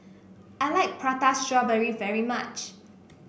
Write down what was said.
I like Prata Strawberry very much